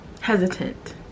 hesitant